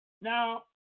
Now